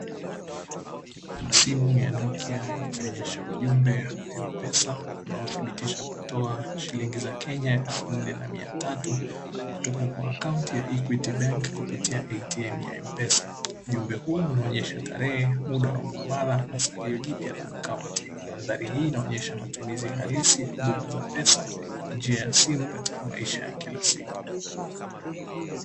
Simu ya nokia ikionyesha ujumbe wa "M PESA" unaothibitisha kutoa shilingi za kenya elfu nne na miatatu, kutoka kwa akaunti ya "EQUITY BANK" kupitia "ATM" ya "M PESA". Ujumbe huu unaonyesha tarehe, muda wa muamala na salio jipya la akaunti. Mandhari hii inaonyesha matumizi halisi ya huduma za pesa kwa njia ya simu katika maisha ya kila siku.